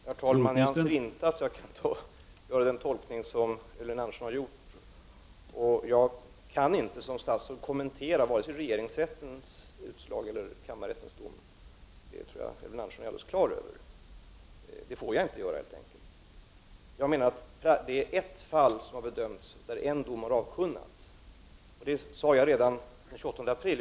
Herr talman! Jag anser inte att jag kan göra den tolkning som Elving Andersson har gjort, och jag kan inte som statsråd kommentera vare sig regeringsrättens utslag eller kammarrättens dom. Det tror jag att Elving Andersson är helt på det klara med. Det får jag helt enkelt inte göra. Det är ett fall som har bedömts där en dom har avkunnats, det sade jag redan den 28 april.